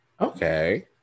Okay